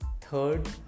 third